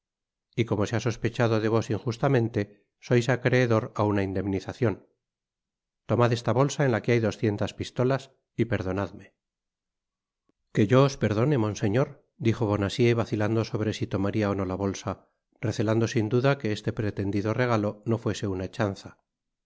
y como se ha sospechado de vos injustamente sois acreedor á una indemnizacion tomad esta bolsa en la que hay doscientas pistolas y perdonadme que yo os perdone monseñor dijo bonacieux vacilando sobre si tomaría ó no la bolsa recelando sin duda que este pretendido regalo no fuese una chanza